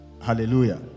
Hallelujah